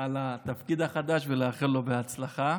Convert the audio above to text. על התפקיד החדש ולאחל לו בהצלחה.